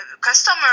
customer